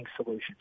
solutions